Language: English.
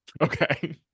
Okay